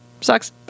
sucks